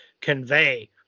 convey